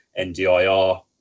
NDIR